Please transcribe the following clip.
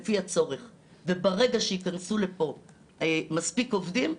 לפי הצורך וברגע שיכנסו לפה מספיק עובדים,